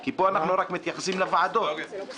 כי פה אנחנו רק מתייחסים לוועדות --- שנייה,